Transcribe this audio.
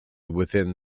within